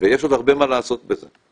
ויש עוד הרבה מה לעשות בזה.